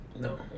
no